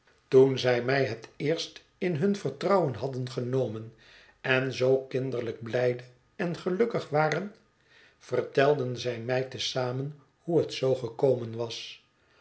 toen zij mij het eerst in hun vertrouwen hadden genomen en zoo kinderlijk blijde en gelukkig waren vertelden zij mij te zamen hoe het zoo gekomen was